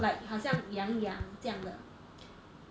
like 好像痒痒这样的